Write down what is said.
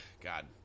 god